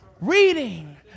reading